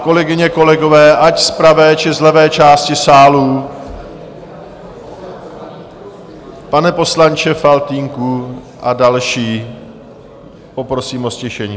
Kolegyně, kolegové, ať z pravé, či z levé části sálu, pane poslanče Faltýnku a další, poprosím o ztišení.